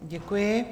Děkuji.